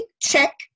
check